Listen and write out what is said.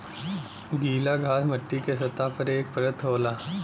गीला घास मट्टी के सतह पर एक परत होला